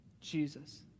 Jesus